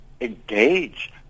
engage